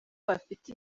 bafite